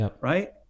right